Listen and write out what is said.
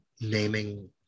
naming